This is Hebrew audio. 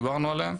דיברנו עליהם,